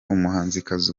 umuhanzikazi